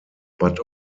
but